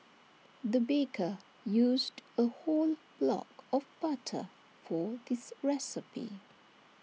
the baker used A whole block of butter for this recipe